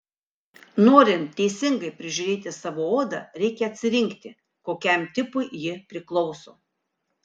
norint teisingai prižiūrėti savo odą reikia atsirinkti kokiam tipui ji priklauso